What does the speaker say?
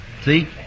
See